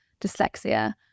dyslexia